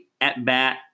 at-bat